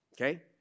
okay